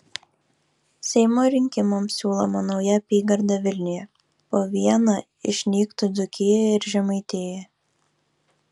seimo rinkimams siūloma nauja apygarda vilniuje po vieną išnyktų dzūkijoje ir žemaitijoje